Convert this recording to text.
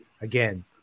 again